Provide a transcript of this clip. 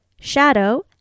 Shadow